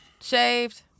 Shaved